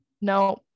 No